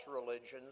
religions